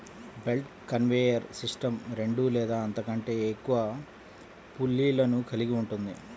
belt conveyor system రెండు లేదా అంతకంటే ఎక్కువ పుల్లీలను కలిగి ఉంటుంది